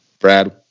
Brad